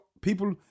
people